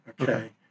okay